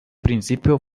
principio